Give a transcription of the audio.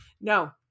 No